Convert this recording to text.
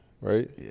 Right